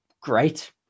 great